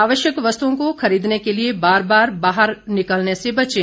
आवश्यक वस्तुओं को खरीदने के लिए बार बार बाहर निकलने से बचें